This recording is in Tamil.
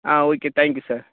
ah okay thank you sir